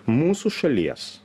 mūsų šalies